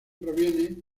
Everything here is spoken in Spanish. proviene